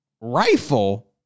rifle